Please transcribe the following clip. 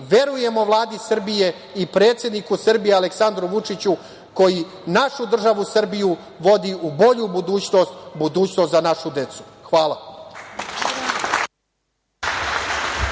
verujemo Vladi Srbije i predsedniku Srbije Aleksandru Vučiću koji našu državu Srbiju vodi u bolju budućnost, budućnost za našu decu. Hvala.